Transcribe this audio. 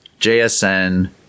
JSN